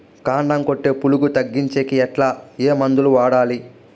కాండం కొట్టే పులుగు తగ్గించేకి ఎట్లా? ఏ మందులు వాడాలి?